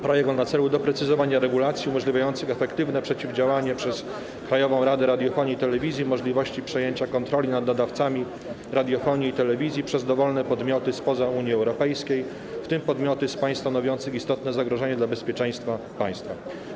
Projekt ma na celu doprecyzowanie regulacji umożliwiających efektywne przeciwdziałanie przez Krajową Radę Radiofonii i Telewizji możliwości przejęcia kontroli nad nadawcami radiowymi i telewizyjnymi przez dowolne podmioty spoza Unii Europejskiej, w tym podmioty z państw stanowiących istotne zagrożenie dla bezpieczeństwa państwa.